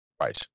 Right